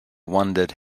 wondered